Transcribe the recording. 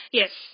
yes